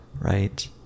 right